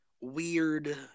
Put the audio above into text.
weird